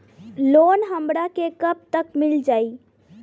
Loan हमरा के कब तक मिल जाई?